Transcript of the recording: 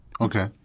Okay